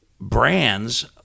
brands